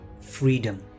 freedom